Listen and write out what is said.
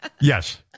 Yes